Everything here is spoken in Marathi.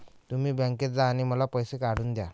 तुम्ही बँकेत जा आणि मला पैसे काढून दया